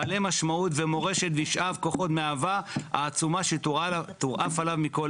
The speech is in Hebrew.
מסכימה, דואגת לעצמה ולכן